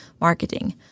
marketing